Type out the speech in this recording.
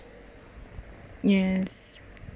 yes